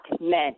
men